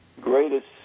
greatest